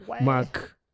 mark